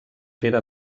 pere